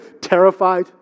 terrified